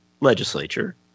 legislature –